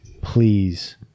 please